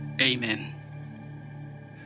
Amen